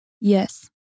yes